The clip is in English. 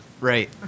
right